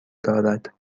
دارد